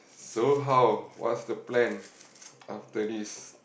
so how what's the plan after this